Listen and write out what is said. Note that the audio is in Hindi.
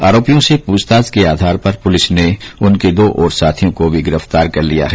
आरोपियों से पूछताछ के आधार पर पुलिस ने उनके दो और साथियों को भी गिरफ्तार किया है